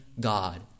God